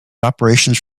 operations